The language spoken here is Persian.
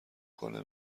کنه